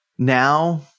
Now